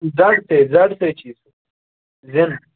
زڈ سے زڈ سے چھُے سُہ زیٚن